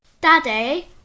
Daddy